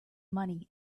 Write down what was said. money